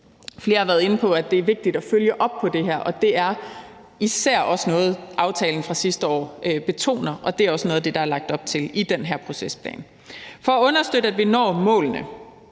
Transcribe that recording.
Flere har været inde på, det er vigtigt at følge op på det her, og det er især også noget, aftalen fra sidste år betoner, og det er også noget af det, der er lagt op til i den her procesplan. For at understøtte, at vi når målene,